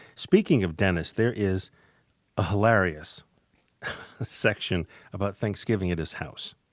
speaking of dennis, there is a hilarious section about thanksgiving at his house,